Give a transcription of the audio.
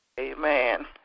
Amen